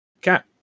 Cat